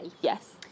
yes